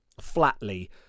flatly